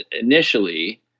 initially